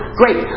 great